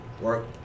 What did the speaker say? Work